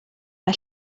mae